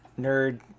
nerd